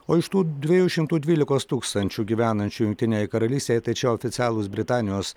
o iš tų dviejų šimtų dvylikos tūkstančių gyvenančių jungtinėje karalystėje tai čia oficialūs britanijos